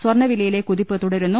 സ്വർണവിലയിലെ കുതിപ്പ് തുടരുന്നു